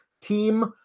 team